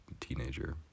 teenager